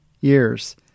years